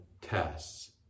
tests